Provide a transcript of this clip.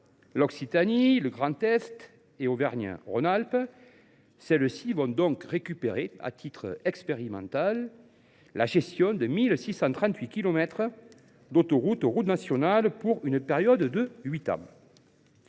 l’Occitanie, le Grand Est et Auvergne Rhône Alpes. Celles ci vont donc récupérer à titre expérimental la gestion de 1 638 kilomètres d’autoroutes et routes nationales pour une période de huit ans.